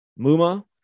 muma